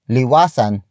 Liwasan